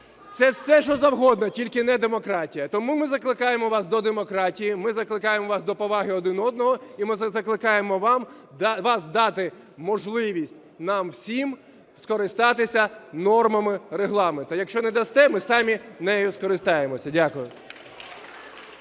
Це все, що завгодно, тільки не демократія. Тому ми закликаємо вас до демократії, ми закликаємо вас до поваги один до одного і ми закликаємо вас дати можливість нам всім скористатися нормами Регламенту. Якщо не дасте, ми самі нею скористаємося. Дякую.